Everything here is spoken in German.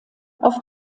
auf